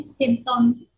symptoms